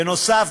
בנוסף,